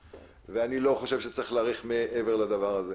ואני לא חושב שצריך להאריך מעבר לדבר הזה.